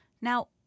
Now